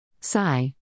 Sigh